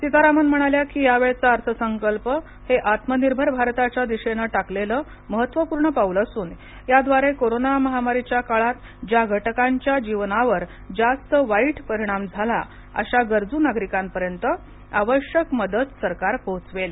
सीतारामन म्हणाल्या कि यावेळेचा अर्थ संकल्प हे आत्मनिर्भर भारताच्या दिशेन टाकलेलं महत्वपूर्ण पाऊल असून याद्वारे कोरोना महामारीच्या काळात ज्या घटकांच्या जीवनावर जास्त वाईट परिणाम झाला अशा गरजू नागरिकांपर्यंत आवश्यक मदत सरकार पोहचवेल